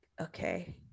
okay